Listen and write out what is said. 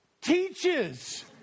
teaches